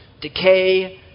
decay